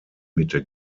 mitte